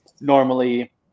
normally